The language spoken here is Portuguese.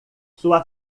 sua